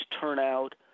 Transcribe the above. turnout